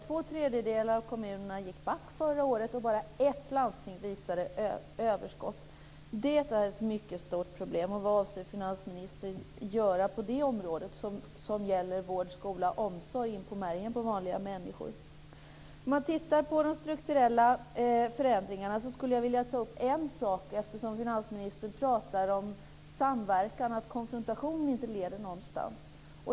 Två tredjedelar av kommunerna gick back förra året och bara ett landsting visade överskott. Det är ett mycket stort problem. Vad avser finansministern göra på det området? Det gäller ju vård, skola och omsorg, som går ända in i märgen på vanliga människor. När det gäller de strukturella förändringarna skulle jag vilja ta upp en sak eftersom finansministern pratar om samverkan och om att konfrontation inte leder någonstans.